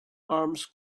arms